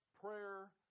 prayer